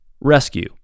Rescue